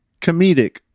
comedic